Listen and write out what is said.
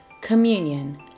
Communion